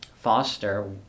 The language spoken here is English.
foster